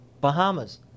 Bahamas